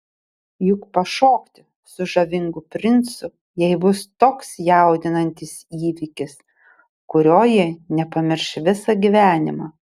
juk pašokti su žavingu princu jai bus toks jaudinantis įvykis kurio ji nepamirš visą gyvenimą